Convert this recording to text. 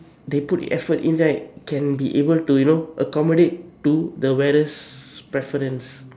they put effort in right can be able to you know accommodate to the weather's preference